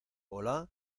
hola